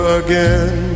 again